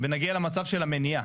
ונגיע למצב של מניעה,